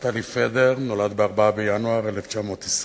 נפתלי פדר נולד ב-4 בינואר 1920,